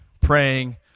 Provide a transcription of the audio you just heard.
praying